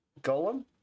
Golem